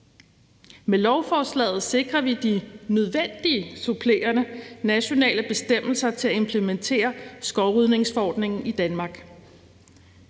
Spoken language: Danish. Med lovforslaget sikrer vi de nødvendige supplerende nationale bestemmelser til at implementere skovrydningsforordningen i Danmark.